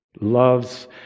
loves